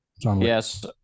yes